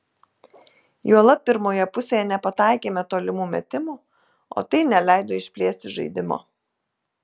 juolab pirmoje pusėje nepataikėme tolimų metimų o tai neleido išplėsti žaidimo